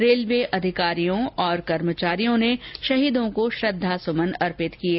railway अधिकारियों और कर्मचारियों ने शहीदों को श्रृद्वासुमन अर्पित किये